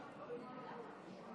ישיב סגן השר יואב